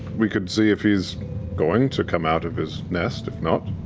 we could see if he's going to come out of his nest. if not,